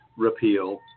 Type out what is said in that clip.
repeal